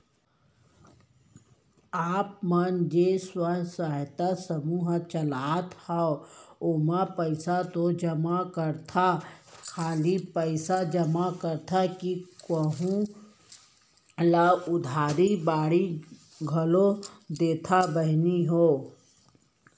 आप मन जेन स्व सहायता समूह चलात हंव ओमा पइसा तो जमा करथा खाली पइसेच जमा करथा कि कोहूँ ल उधारी बाड़ी घलोक देथा बहिनी हो?